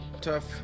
tough